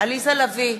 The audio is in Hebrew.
עליזה לביא,